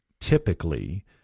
typically –